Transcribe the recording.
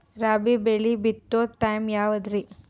ರಾಬಿ ಬೆಳಿ ಬಿತ್ತೋ ಟೈಮ್ ಯಾವದ್ರಿ?